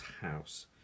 house